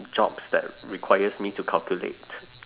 jobs that requires me to calculate